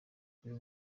kuri